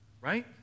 Right